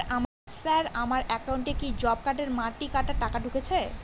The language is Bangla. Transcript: স্যার আমার একাউন্টে কি জব কার্ডের মাটি কাটার টাকা ঢুকেছে?